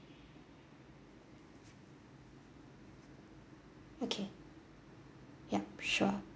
okay yup sure